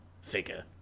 figure